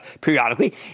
periodically